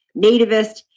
nativist